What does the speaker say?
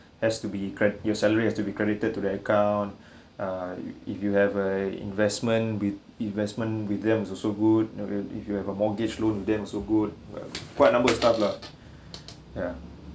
has to be cred~ your salary has to be credited to the account uh if you have a investment with investment with them is also good no rea~ you have a mortgage loan with them also good quite numbers of stuff lah ya